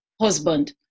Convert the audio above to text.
husband